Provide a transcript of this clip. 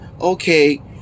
Okay